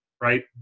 right